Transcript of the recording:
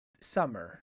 summer